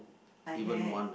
I have